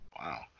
Wow